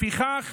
לפיכך,